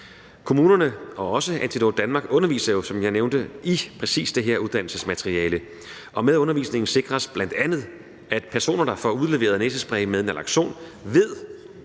Kommunerne og også Antidote Danmark underviser jo, som jeg nævnte, i præcis det her uddannelsesmateriale, og med undervisningen sikres bl.a., at personer, der får udleveret næsespray med naloxon ved,